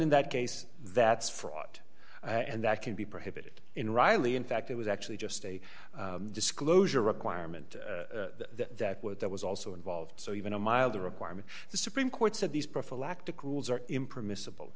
in that case that's fraud and that can be prohibited in riley in fact it was actually just a disclosure requirement that where there was also involved so even a milder requirement the supreme court said these prophylactic rules are impermissible